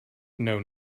know